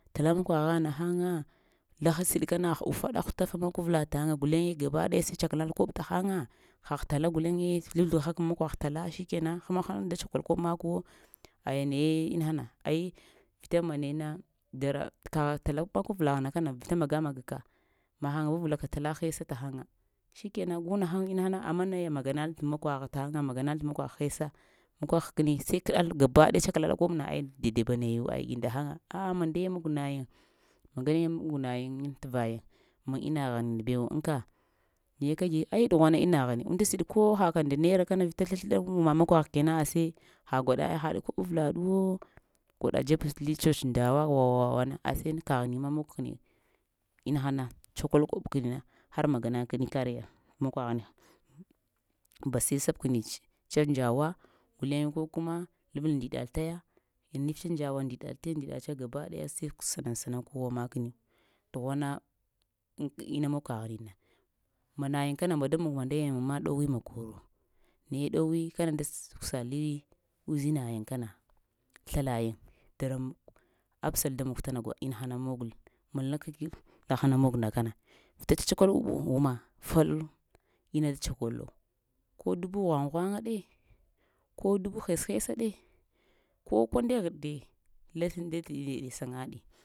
Tala makwagha nahəŋa, laha siɗ kana ufaɗa hutafa məkwa avla taŋa guleye gabaɗaya sai tsakaladalkoɓ təhəŋa, kəgh tala guleŋe zlu-zləghaka məkwagh tala shikena həna hən da tsakol koɓ makwo, aya naye inahana da tsakol koɓ makwo, aya naye inahana ai vita ma nayena dara kagh tala makwar laghna kana vita maga-magaka, mahən vunvəlaka tala, hesa təhəŋa shikəna gun nahəŋ inahana amma naya maganal tə makwagh ta ŋa maganal tə makwgh hesa, makwa həkəni sai kəɗal gaba daya tsakalal koɓna aya dai-daiɓ nayu ai gi ndahaya a'a mandayee mog nayiŋ mandayee mog nayiŋ aŋ təvayiŋ maŋ inaghini bewo aŋka, naye kəgi ai ɗughwa na inaghini, unnda siɗ ko haka nda naira kana vita slə-sləɗa umma makwagh kena ashe ha gwaɗa ai haɗ koɓ avlaɗuwo gwaɗa dzeb pəs təli tsots dzawa, wa-wa-wana ashe kəghi ma mog kədi inahana, tsakol koɓ kənina har magana kəni kanya makwaghni ba sai sabkəni tsa dzawa guleŋ ko kuma labal ndiɗa taya aniftsa dzawa ndiɗa təya ndiɗata gaba daya sai sanaŋ-sana kowa makəni, ɗughwana ina mog kəghni na ma nayiŋ kana, ma da mog, mandaya yiŋma ɗowi makoro naye dowi kəna da kusali uzinayiŋ kana slalayiŋ dara apsal da mon tana gwaɗna inahana mogal, mala kakef lahana mogna kana, vita tsatsukwa umma fal ina da tsakollo, ko dubu ghwaŋ-ghwaŋa ɗe ko dubu hes-hesa ɗe, ko kwadeghaɗ dai la slənta dadini səŋaɗe